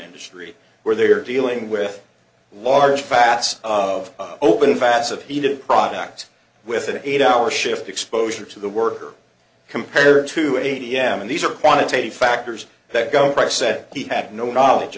industry where they are dealing with large fats of open fats of heated products with an eight hour shift exposure to the worker compared to an a t m and these are quantitative factors that go right said he had no knowledge